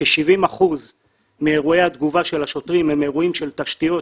כ-70% מאירועי התגובה של השוטרים הם אירועים של תשתיות,